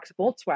Volkswagen